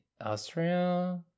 Austria